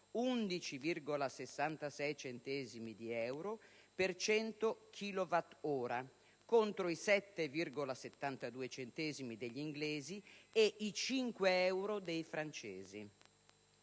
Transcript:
11,66 centesimi di euro per 100 chilowattora contro i 7,72 centesimi degli inglesi e i 5 euro dei francesi.